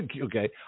Okay